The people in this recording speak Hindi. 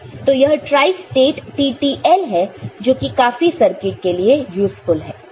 तो यह ट्राइस्टेट TTL है जो कि काफी सर्किट के लिए यूज़फुल है